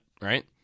right